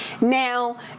now